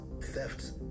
thefts